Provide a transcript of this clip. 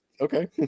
okay